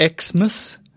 Xmas